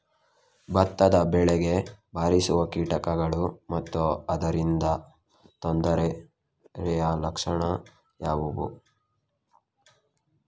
ಭತ್ತದ ಬೆಳೆಗೆ ಬಾರಿಸುವ ಕೀಟಗಳು ಮತ್ತು ಅದರಿಂದಾದ ತೊಂದರೆಯ ಲಕ್ಷಣಗಳು ಯಾವುವು?